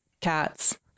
cats